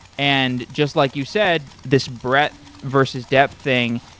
and just like you said, this breadth versus depth thing,